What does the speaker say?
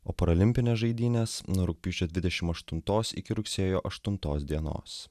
o paralimpinės žaidynės nuo rugpjūčio dvidešimt aštuntos iki rugsėjo aštuntos dienos